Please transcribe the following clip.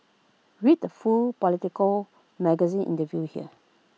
read the full Politico magazine interview here